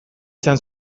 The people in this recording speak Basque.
izan